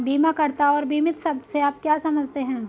बीमाकर्ता और बीमित शब्द से आप क्या समझते हैं?